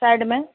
side में